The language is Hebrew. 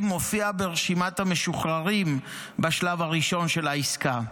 מופיע ברשימת המשוחררים בשלב הראשון של העסקה.